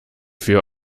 für